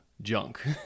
junk